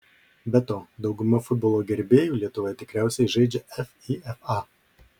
be to dauguma futbolo gerbėjų lietuvoje tikriausiai žaidžia fifa